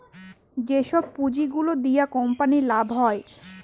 যেসব পুঁজি গুলো দিয়া কোম্পানির লাভ হয়